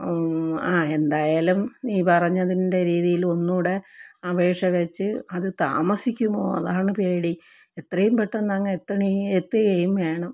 ആ എന്തായാലും നീ പറഞ്ഞതിൻ്റെ രീതിയില് ഒന്നൂടെ അപേക്ഷ വച്ച് അത് താമസിക്കുമോ അതാണ് പേടി എത്രയും പെട്ടെന്ന് അങ്ങ് എത്തണേ എത്തുകയും വേണം